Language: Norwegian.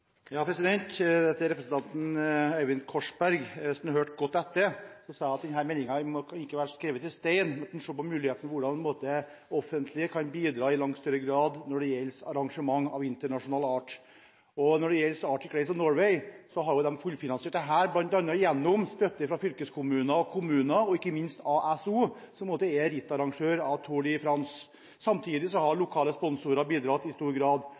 representanten Øyvind Korsberg: Hvis han hørte godt etter, sa jeg at denne meldingen ikke var skrevet i stein, men at man må se på mulighetene for hvordan det offentlige kan bidra i langt større grad når det gjelder arrangement av internasjonal art. Når det gjelder Arctic Race of Norway, har jo de fullfinansiert det bl.a. gjennom støtte fra fylkeskommuner og kommuner og ikke minst gjennom A.S.O., som er rittarrangør av Tour de France. Samtidig har lokale sponsorer bidratt i stor grad.